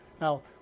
Now